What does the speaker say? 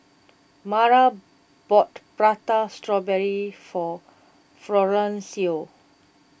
Mara bought Prata Strawberry for Florencio